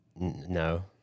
No